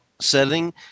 setting